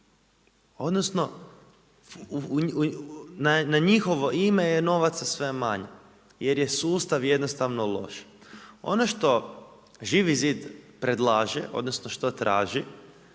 Odnosno na njihovo ime je novaca sve manje jer je sustav jednostavno loš. Ono što Živi zid predlaže, odnosno što traži